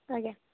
ଆଜ୍ଞା